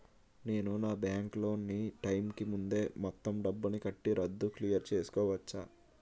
నేను నా bank loan నీ టైం కీ ముందే మొత్తం డబ్బుని కట్టి రద్దు క్లియర్ చేసుకోవచ్చా?